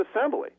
assembly